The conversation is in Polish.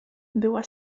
była